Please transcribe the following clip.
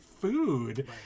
food